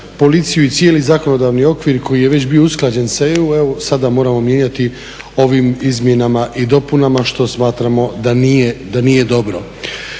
Policiju i cijeli zakonodavni okvir koji je već bio usklađen sa EU sada moramo mijenjati ovim izmjenama i dopunama što smatramo da nije dobro.